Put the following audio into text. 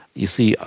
you see, ah